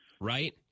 right